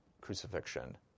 crucifixion